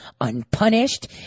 unpunished